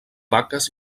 vaques